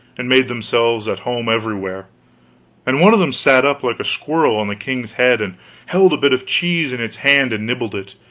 and made themselves at home everywhere and one of them sat up like a squirrel on the king's head and held a bit of cheese in its hands and nibbled it,